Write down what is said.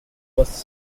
was